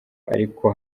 ariko